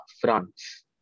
France